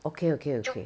okay okay okay